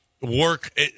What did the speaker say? work